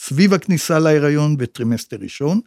סביב הכניסה להיריון בטרימסטר ראשון